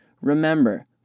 remember